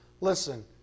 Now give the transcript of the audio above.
Listen